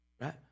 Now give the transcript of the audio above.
right